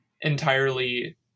entirely